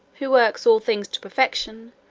who works all things to perfection,